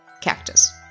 cactus